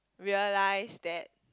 realize that